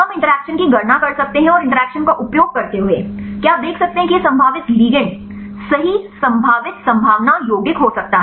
हम इंटरैक्शन की गणना कर सकते हैं और इंटरैक्शन का उपयोग करते हुए क्या आप देख सकते हैं कि यह संभावित लिगैंड सही संभावित संभावना यौगिक हो सकता है